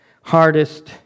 hardest